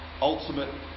ultimate